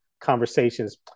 conversations